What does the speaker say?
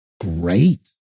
great